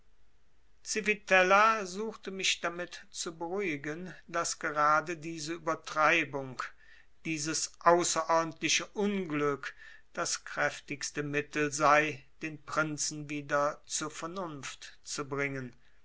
civitella suchte mich damit zu beruhigen daß gerade diese übertreibung dieses außerordentliche unglück das kräftigste mittel sei den prinzen wieder zur vernunft zu bringen